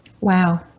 Wow